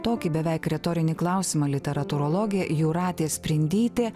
tokį beveik retorinį klausimą literatūrologė jūratė sprindytė